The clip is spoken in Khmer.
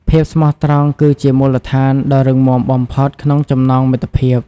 ភាពស្មោះត្រង់គឺជាមូលដ្ឋានដ៏រឹងមាំបំផុតក្នុងចំណងមិត្តភាព។